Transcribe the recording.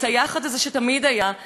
ראוי שנחזיר.